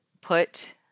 put